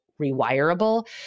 rewirable